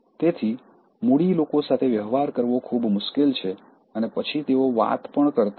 તેથી મૂડી લોકો સાથે વ્યવહાર કરવો ખૂબ મુશ્કેલ છે અને પછી તેઓ વાત પણ કરતા નથી